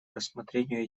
рассмотрению